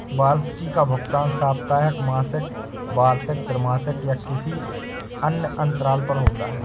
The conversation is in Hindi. वार्षिकी का भुगतान साप्ताहिक, मासिक, वार्षिक, त्रिमासिक या किसी अन्य अंतराल पर होता है